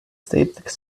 state